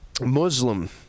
Muslim